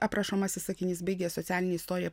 aprašomasis sakinys baigė socialinę istoriją